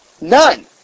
None